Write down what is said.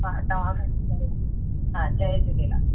हा तव्हां हा जय झूलेलाल